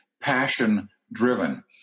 passion-driven